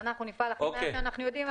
אנחנו נפעל הכי מהר שאנחנו יודעים.